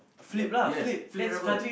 ya yes flip rubber